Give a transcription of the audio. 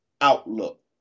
outlook